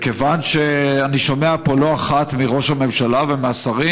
כיוון שאני שומע פה לא אחת מראש הממשלה ומהשרים